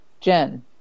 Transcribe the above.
Jen